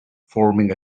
forming